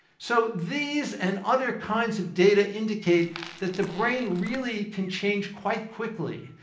so these and other kinds of data indicate that the brain really can change quite quickly.